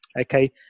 okay